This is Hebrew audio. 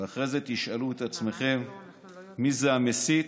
ואחרי זה תשאלו את עצמכם מי זה המסית